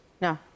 No